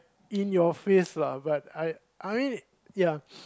in your face lah but I I ya